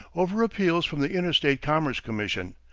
over appeals from the interstate commerce commission,